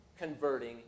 converting